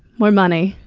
more money.